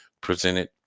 presented